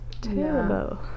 terrible